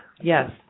Yes